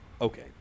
okay